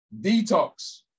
detox